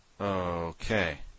Okay